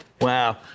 Wow